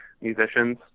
musicians